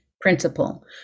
principle